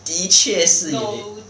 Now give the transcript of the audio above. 的确是有点